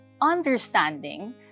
understanding